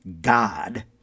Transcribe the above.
God